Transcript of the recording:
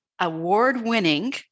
award-winning